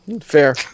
Fair